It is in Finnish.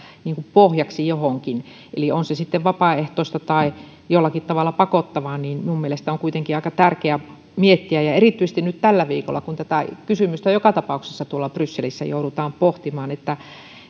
pohjaksi johonkin on se sitten vapaaehtoista tai jollakin tavalla pakottavaa minun mielestäni on kuitenkin aika tärkeää miettiä ja erityisesti nyt tällä viikolla kun tätä kysymystä joka tapauksessa tuolla brysselissä joudutaan pohtimaan